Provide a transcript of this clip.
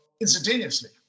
instantaneously